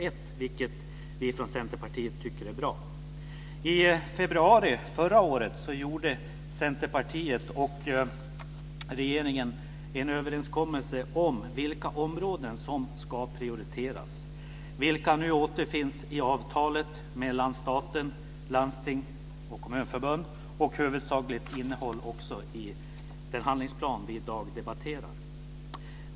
Det tycker vi från Centerpartiet är bra. I februari förra året gjorde Centerpartiet och regeringen en överenskommelse om vilka områden som ska prioriteras. Dessa återfinns nu i avtalet mellan staten och landstings och kommunförbunden. Det huvudsakliga innehållet finns också i den handlingsplan som vi i dag debatterar.